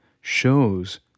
shows